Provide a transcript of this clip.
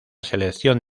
selección